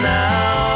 now